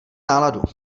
náladu